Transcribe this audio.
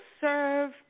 serve